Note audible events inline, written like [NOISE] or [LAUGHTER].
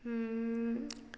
[UNINTELLIGIBLE]